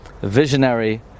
visionary